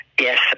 yes